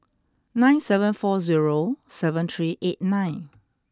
nine seven four zero seven three eight nine